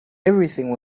everything